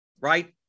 right